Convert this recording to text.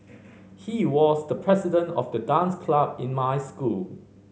he was the president of the dance club in my school